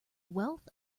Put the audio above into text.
wealth